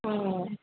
ও